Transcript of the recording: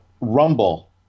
rumble